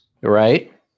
Right